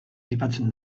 aipatzen